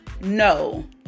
no